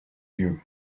you